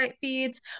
feeds